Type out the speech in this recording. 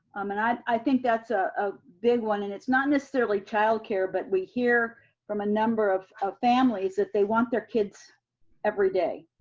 um and i i think that's ah a big one, and it's not necessarily childcare, but we hear from a number of of families that they want their kids everyday.